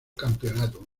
campeonato